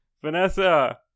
Vanessa